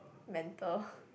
mental